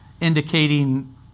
indicating